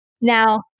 Now